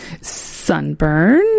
Sunburn